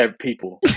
people